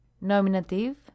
Nominative